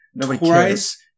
Twice